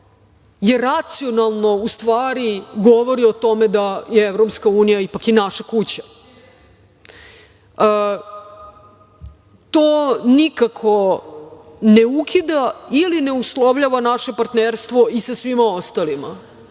je racionalno u stvari govori o tome da je EU ipak i naša kuća. To nikako ne ukida ili ne uslovljava naše partnerstvo i sa svima ostalima.